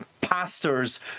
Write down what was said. pastors